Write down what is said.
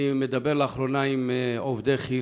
אני מדבר לאחרונה עם עובדי כי"ל,